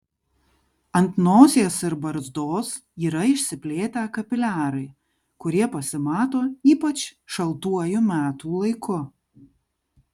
ant nosies ir barzdos yra išsiplėtę kapiliarai kurie pasimato ypač šaltuoju metų laiku